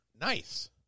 Nice